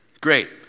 great